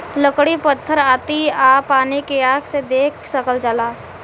लकड़ी पत्थर आती आ पानी के आँख से देख सकल जाला